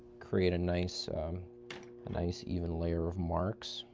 create a nice and nice even layer of marks.